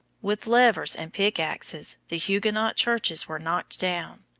with levers and pickaxes the huguenot churches were knocked down.